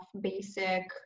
basic